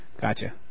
gotcha